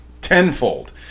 tenfold